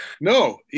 No